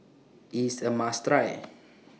IS A must Try